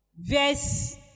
Verse